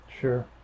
Sure